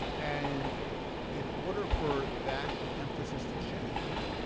and in order for that emphasis to change,